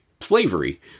slavery